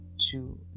two